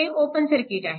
हे open circuit आहे